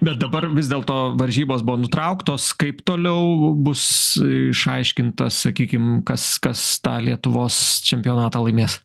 bet dabar vis dėlto varžybos buvo nutrauktos kaip toliau bus išaiškinta sakykim kas kas tą lietuvos čempionatą laimės